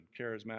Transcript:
charismatic